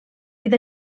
bydd